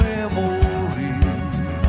Memories